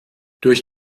durch